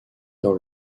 dans